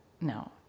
No